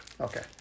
Okay